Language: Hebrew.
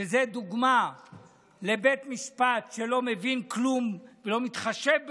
שזו דוגמה לבית משפט שלא מבין כלום ולא מתחשב בכלום.